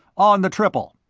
on the triple.